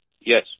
Yes